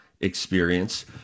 experience